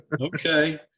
Okay